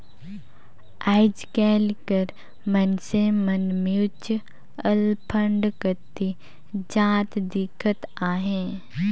आएज काएल कर मइनसे मन म्युचुअल फंड कती जात दिखत अहें